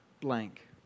blank